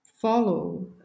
follow